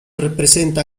representa